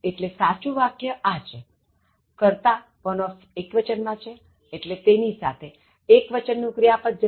એટલે સાચું વાક્ય આ છે કર્તા one of એક્વચન માં છેએટલે તેની સાથે એક્વચનનું ક્રિયાપદ જશે